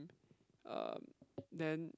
um then